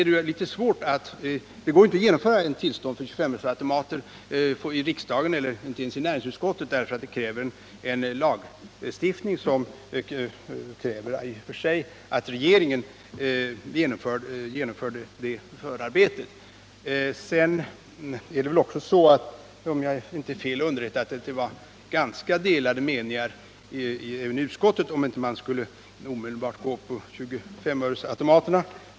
Det går inte att genomföra tillstånd för 25-öresautomater i riksdagen — inte ens i näringsutskottet — eftersom det kräver en lagstiftning som i och för sig förutsätter att regeringen gör förarbetet. Om jag inte är fel underrättad, var det emellertid ganska delade meningar även i utskottet om huruvida man inte omedelbart skulle gå på 25-öresautomaterna.